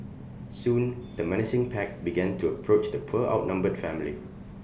soon the menacing pack began to approach the poor outnumbered family